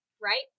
right